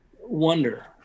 wonder